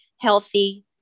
healthy